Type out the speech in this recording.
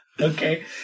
Okay